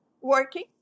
working